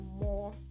more